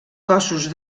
cossos